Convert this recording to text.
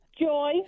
Joy